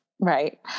Right